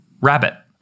Rabbit